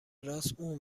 راست، اون